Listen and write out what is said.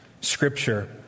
scripture